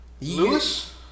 Lewis